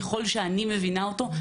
ככל שאני מבינה אותו,